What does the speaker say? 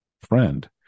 friend